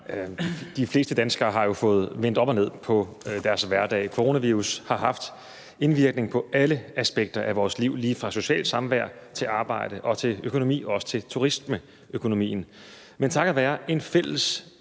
De fleste danskere har jo fået vendt op og ned på deres hverdag. Coronavirus har haft indvirkning på alle aspekter af vores liv lige fra socialt samvær til arbejde og økonomi og også turismeøkonomien. Men takket være en fælles